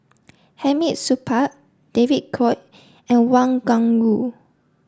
Hamid Supaat David Kwo and Wang Gungwu